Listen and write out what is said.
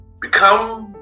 become